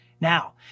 Now